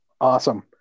Awesome